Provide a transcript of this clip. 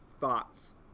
thoughts